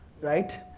right